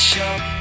Shop